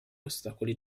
ostacoli